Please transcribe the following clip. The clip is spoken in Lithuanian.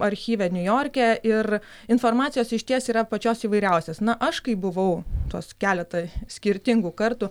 archyve niujorke ir informacijos išties yra pačios įvairiausios na aš kai buvau tuos keletą skirtingų kartų